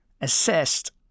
assessed